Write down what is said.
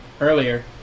earlier